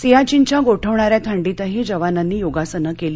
सियाधिनच्या गोठवणाऱ्या थंडीतही जवानांनी योगासनं कली